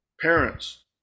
parents